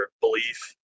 belief